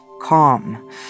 calm